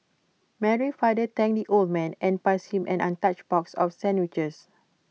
Mary's father thanked the old man and passed him an untouched box of sandwiches